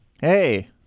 Hey